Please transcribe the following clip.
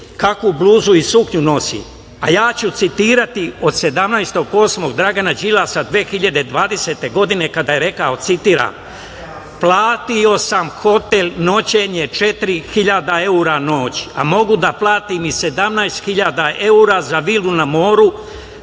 kakvu bluzu i suknju nosi, a ja ću citirati od 17. 8. Dragana Đilasa 2020. godine, kada je rekao, citiram: „Platio sam hotel noćenje 4.000 evra noć, a mogu da platim i 17.000 evra za vilu na moru,